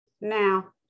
Now